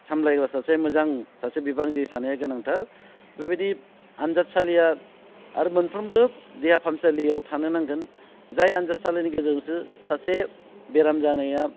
सामलायग्रा सासे मोजां सासे बिबानगिरि थानाया गोनांथार बेबायदि आनजादसालिया आरो मोनफ्रोमबो देहा फाहामसालियाव थानो नंगोन जाय आनजादसालिनि गेजेरजोंसो सासे बेराम जानाया